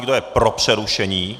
Kdo je pro přerušení?